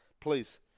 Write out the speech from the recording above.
Please